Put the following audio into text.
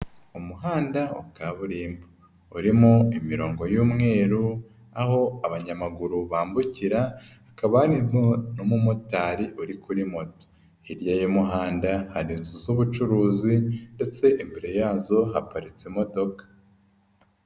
Umuhanda wa kaburimbo. Urimo imirongo y'umweru, aho abanyamaguru bambukira, hakaba harimo n'umumotari uri kuri moto. Hirya y'umuhanda hari inzu z'ubucuruzi, ndetse imbere yazo haparitse imodoka.